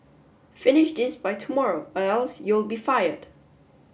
finish this by tomorrow or else you'll be fired